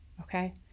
okay